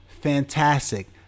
fantastic